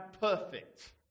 perfect